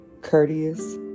courteous